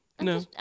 No